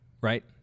right